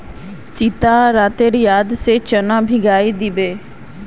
सीता रातोत याद से चना भिगइ दी बो